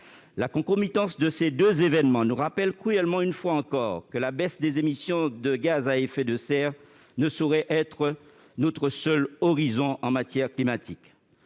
La concomitance de ces deux événements nous rappelle cruellement, une fois encore, que la baisse des émissions de gaz à effet de serre ne saurait être notre seul horizon en matière climatique.